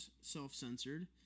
self-censored